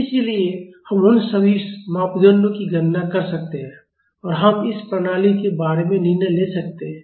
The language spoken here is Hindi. इसलिए हम उन सभी मापदंडों की गणना कर सकते हैं और हम इस प्रणाली के बारे में निर्णय ले सकते हैं